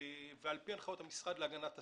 ועל פי הנחיות המשרד להגנת הסביבה,